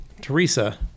Teresa